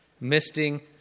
misting